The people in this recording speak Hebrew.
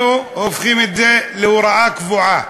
אנחנו הופכים את זה להוראה קבועה,